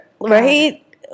right